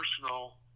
personal